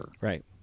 Right